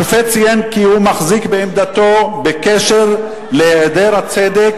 השופט ציין כי הוא מחזיק בעמדתו בקשר להיעדר הצדק